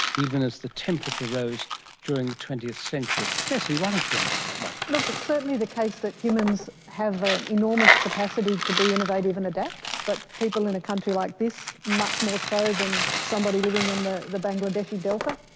even as the temperature rose during the twentieth century. lesley, why don't you answer that one? look, it's certainly the case that humans have an enormous capacity to be innovative and adapt, but people in a country like this much more so than somebody living um on the bangladeshi delta,